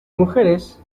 mujeres